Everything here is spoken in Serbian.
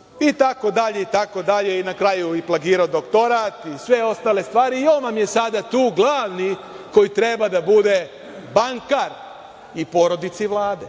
stanu itd. Na kraju i plagirao doktorat i sve ostale stvari. On vam je sad tu glavni koji treba da bude bankar i porodice i Vlade.